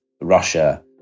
Russia